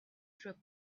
through